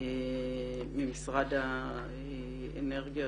ממשרד האנרגיה,